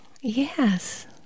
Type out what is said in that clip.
Yes